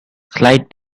slide